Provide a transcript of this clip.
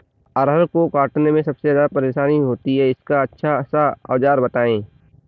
अरहर को काटने में सबसे ज्यादा परेशानी होती है इसका अच्छा सा औजार बताएं?